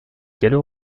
gallo